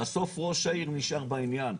בסוף ראש העיר נשאר בעניין.